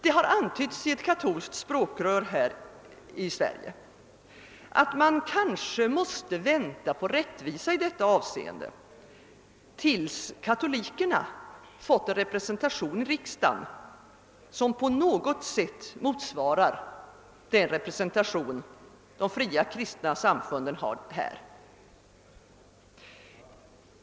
Det har antytts i ett katolskt språkrör här i Sverige, att man kanske måste vänta på rättvisa i detta avseende tills katolikerna fått en representation i riksdagen, som i någon mån motsvarar den som de fria kristna samfunden har.